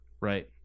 Right